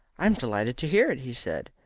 i am delighted to hear it, he said.